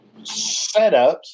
setups